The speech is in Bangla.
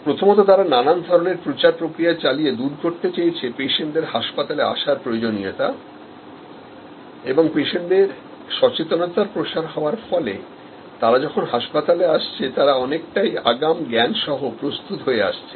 প্রথমত তারা নানান ধরনের প্রচার প্রক্রিয়াচালিয়ে দূর করতে চেয়েছে পেশেন্টদের হাসপাতাল আসার প্রয়োজনীয়তা এবং পেশেন্টদের সচেতনতারপ্রসার হওয়ার ফলে তারা যখন হাসপাতালে আসছে তারা অনেকটাই আগাম জ্ঞান সহ প্রস্তুত হয়ে আসছে